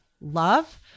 love